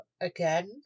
again